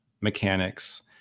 mechanics